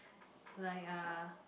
like uh